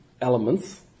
elements